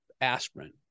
aspirin